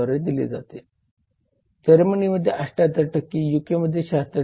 त्यानंतर निर्णय येतो